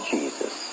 Jesus